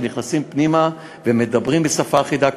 שנכנסים פנימה ומדברים בשפה אחידה,